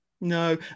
No